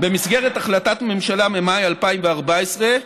במסגרת החלטת הממשלה ממאי 2014,